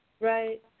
Right